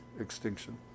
extinction